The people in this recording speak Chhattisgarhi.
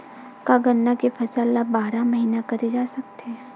का गन्ना के फसल ल बारह महीन करे जा सकथे?